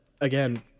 again